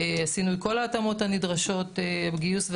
עשינו את כל ההתאמות הנדרשות לגיוס,